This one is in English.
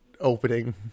opening